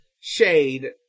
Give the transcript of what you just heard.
Shade